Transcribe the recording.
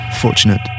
fortunate